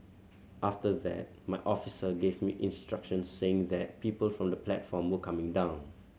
after that my officer gave me instructions saying that people from the platform were coming down